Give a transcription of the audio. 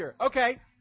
Okay